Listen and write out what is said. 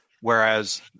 Whereas